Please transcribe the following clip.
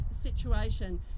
situation